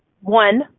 one